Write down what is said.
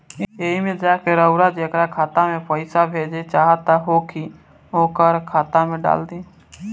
एईमे जा के रउआ जेकरा खाता मे पईसा भेजेके चाहत होखी ओकर खाता डाल दीं